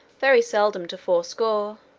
very seldom to fourscore.